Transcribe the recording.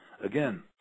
again